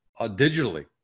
digitally